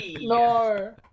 no